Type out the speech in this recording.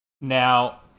Now